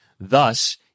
Thus